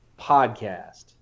podcast